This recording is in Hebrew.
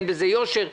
אין בזה יושר,